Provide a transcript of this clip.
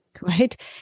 right